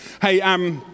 Hey